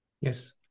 Yes